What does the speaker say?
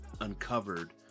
uncovered